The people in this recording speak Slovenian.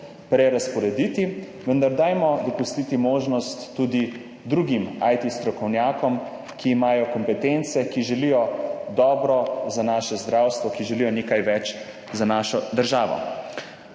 prerazporediti, vendar dajmo dopustiti možnost tudi drugim IT strokovnjakom, ki imajo kompetence, ki želijo dobro za naše zdravstvo, ki želijo nekaj več za našo državo.